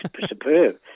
superb